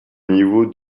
niveau